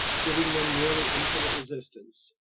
giving them nearly infinite resistance.